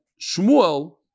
Shmuel